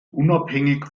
unabhängig